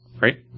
right